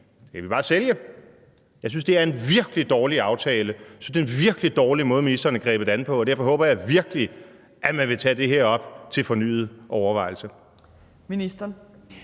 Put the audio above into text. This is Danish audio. Det kan vi bare sælge. Jeg synes, det er en virkelig dårlig aftale. Jeg synes, at det er en virkelig dårlig måde, ministeren har grebet det an på. Derfor håber jeg virkelig, at man vil tage det her op til fornyet overvejelse.